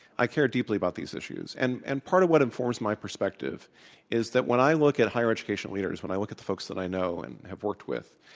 i care deeply about these issues. and and part of what informs my perspective is that when i look at higher education leaders, when i look at the folks that i know and have worked with,